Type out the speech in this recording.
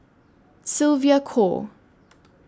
Sylvia Kho